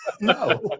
no